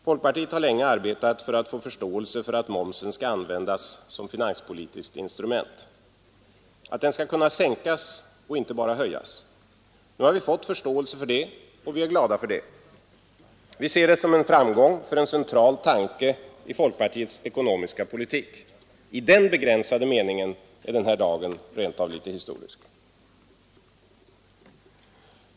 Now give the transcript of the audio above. Folkpartiet har länge arbetat för att få förståelse för att momsen skall användas som finanspolitiskt instrument — att den skall kunna sänkas, inte bara höjas. Nu har vi fått förståelse för det. Det är vi glada för. Vi ser det som en framgång för en central tanke i folkpartiets ekonomiska politik. I den begränsade meningen är den här dagen rent av litet historisk.